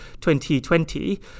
2020